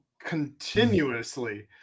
continuously